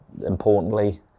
importantly